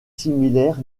similaires